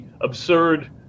absurd